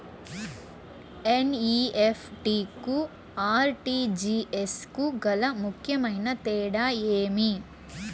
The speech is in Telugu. ఎన్.ఇ.ఎఫ్.టి కు ఆర్.టి.జి.ఎస్ కు గల ముఖ్యమైన తేడా ఏమి?